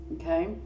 okay